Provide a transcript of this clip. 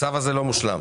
הזה לא מושלם.